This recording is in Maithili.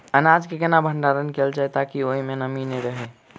अनाज केँ केना भण्डारण कैल जाए ताकि ओई मै नमी नै रहै?